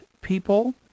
people